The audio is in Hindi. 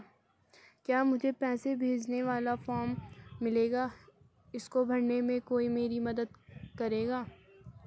क्या मुझे पैसे भेजने वाला फॉर्म मिलेगा इसको भरने में कोई मेरी मदद करेगा?